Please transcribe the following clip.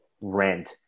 rent